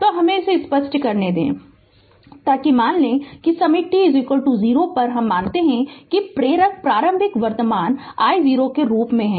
तो हमे इसे स्पष्ट करने दें ताकि मान लें कि समय t 0 पर हम मानते हैं कि प्रेरक प्रारंभिक वर्तमान I0 के रूप में है